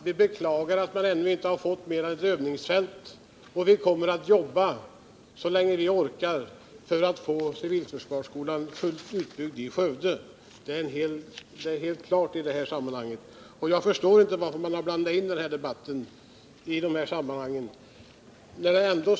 Vi beklagar att man ännu bara fått ett övningsfält till Skövde, men vi kommer att jobba så länge vi orkar på att få en fullt utbyggd civilförsvarsskola dit — det är helt klart. Jag förstår inte varför man tagit upp den debatten i detta sammanhang.